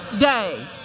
day